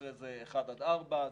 אחרי זה אחד עד ארבעה קילומטר.